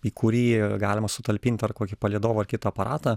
į kurį galima sutalpint ar kokį palydovą ar kitą aparatą